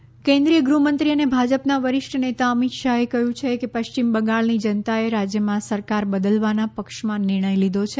બંગાળ અમિત શાહ કેન્દ્રીય ગૃહ મંત્રી અને ભાજપના વરિષ્ઠ નેતા અમિત શાહે કહ્યું છે કે પશ્ચિમ બંગાળની જનતાએ રાજ્યમાં સરકાર બદલવાના પક્ષમાં નિર્ણય લીધો છે